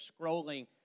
scrolling